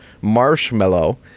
marshmallow